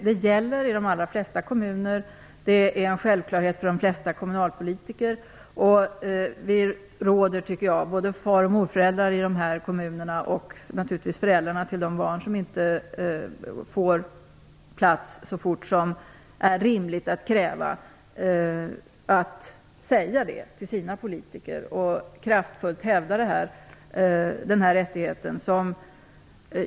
Det är för de flesta kommunalpolitiker en självklarhet, och vi råder både far och morföräldrar i de här kommunerna liksom naturligtvis föräldrarna till de barn som inte får plats så fort som rimligen kan krävas att säga detta till sina politiker och att kraftfullt hävda den här rättigheten.